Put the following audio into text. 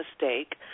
mistake